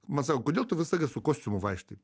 man sako kodėl tu visą laiką su kostiumu vaikštai